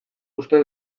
uste